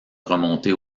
remontée